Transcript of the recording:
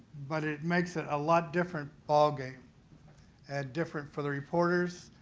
but it makes it a lot different ball game and different for the reporters.